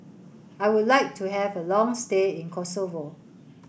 I would like to have a long stay in Kosovo